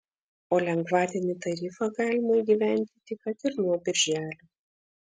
o lengvatinį tarifą galima įgyvendinti kad ir nuo birželio